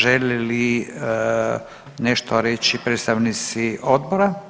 Žele li nešto reći predstavnici odbora?